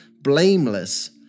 blameless